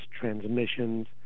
transmissions